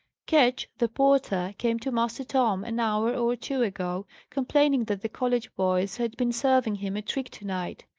ketch, the porter, came to master tom an hour or two ago, complaining that the college boys had been serving him a trick to-night.